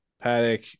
paddock